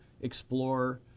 explore